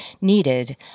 needed